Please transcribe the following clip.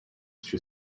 she